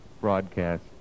broadcast